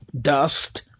dust